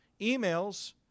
emails